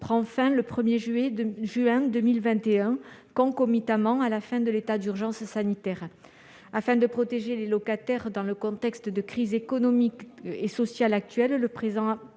prendra fin le 1 juin 2021, concomitamment à la fin de l'état d'urgence sanitaire. Afin de protéger les locataires dans le contexte de crise économique et sociale actuel, le présent